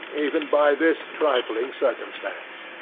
even by this trifling circumstance.